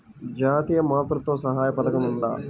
జాతీయ మాతృత్వ సహాయ పథకం ఉందా?